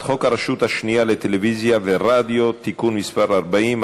חוק הרשות השנייה לטלוויזיה ורדיו (תיקון מס' 40),